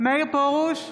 מאיר פרוש,